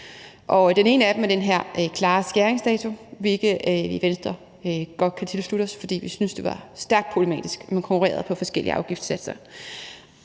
det ene af dem er den her klare skæringsdato, hvilket vi i Venstre godt kan tilslutte os, fordi vi synes, det var stærkt problematisk, at man konkurrerede på forskellige afgiftssatser.